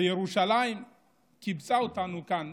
וירושלים קיבצה אותנו כאן